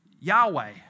Yahweh